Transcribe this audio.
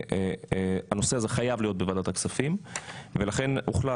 הנושא הזה חייב להיות בוועדת הכספים ולכן הוחלט